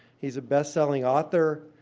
he's a best-selling author,